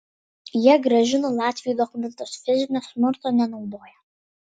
jie grąžino latviui dokumentus fizinio smurto nenaudojo